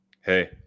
Hey